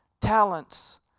talents